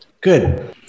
Good